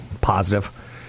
positive